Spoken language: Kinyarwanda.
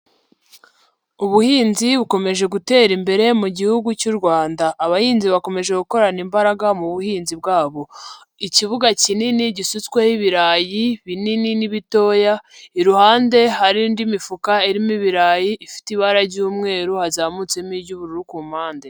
Ubuhinzi bukomeje gutera imbere mu Gihugu cy'u Rwanda, abahinzi bakomeje gukorana imbaraga mu buhinzi bwabo, ikibuga kinini gisutsweho ibirayi binini n'ibitoya, iruhande hari indi mifuka irimo ibirayi ifite ibara ry'umweru, hazamutsemo iry'ubururu ku mpande.